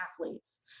athletes